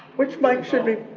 which mic should be?